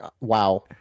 Wow